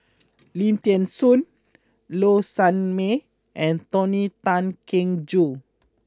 Lim Thean Soo Low Sanmay and Tony Tan Keng Joo